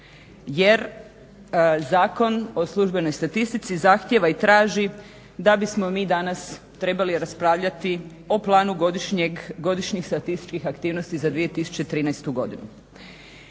Jer, Zakon o službenoj statistici zahtjeva i traži da bi smo mi danas trebali raspravljati o planu godišnjih statističkih aktivnosti za 2013. godinu.